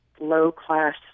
low-class